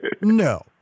no